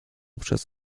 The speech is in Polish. przez